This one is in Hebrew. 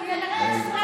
על אפך ועל חמתך.